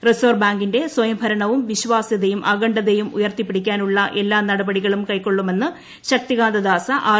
reserve ബാങ്കിന്റെ സ്വയംഭരണവും പ്പിശ്ചാസ്യതയും അഖണ്ഡതയും ഉയർത്തിപ്പിടിക്കാനുള്ള എല്ലാ നടപടികളും കൈക്കൊള്ളുമെന്ന് ശക്തികാന്ത ദാസ ആർ